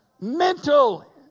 mental